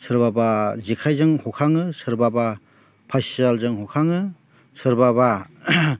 सोरबाबा जेखाइजों हखाङो सोरबाबा फासिजालजों हखाङो सोरबाबा